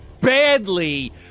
badly